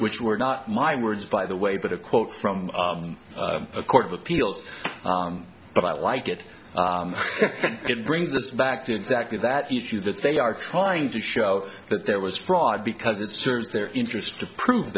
which were not my words by the way but a quote from a court of appeals but i like it and it brings us back to exactly that issue that they are trying to show that there was fraud because it serves their interests to prove